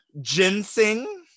ginseng